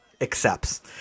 accepts